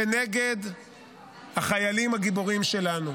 כנגד החיילים הגיבורים שלנו.